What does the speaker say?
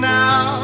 now